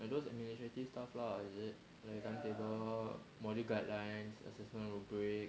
those administrative stuff lah is it like time table module guidelines assessment wood bricks